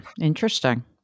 Interesting